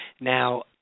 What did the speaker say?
Now